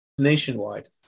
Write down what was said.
Nationwide